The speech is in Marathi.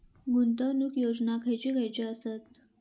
गुंतवणूक योजना खयचे खयचे आसत?